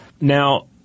Now